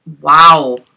Wow